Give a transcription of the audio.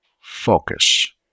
Focus